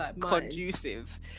conducive